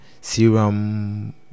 serum